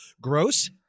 gross